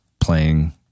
playing